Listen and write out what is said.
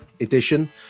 edition